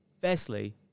Firstly